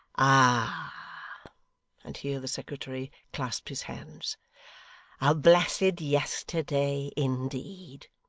ah and here the secretary clasped his hands a blessed yesterday indeed!